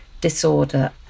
disorder